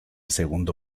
segundo